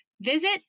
visit